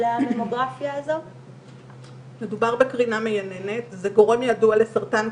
לכן קוראים לזה בדיקות סינון.